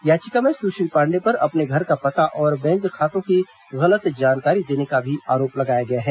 याचिका में सुश्री पांडेय पर अपने घर का पता और बैंक खातों की गलत जानकारी देने का भी आरोप लगाया गया है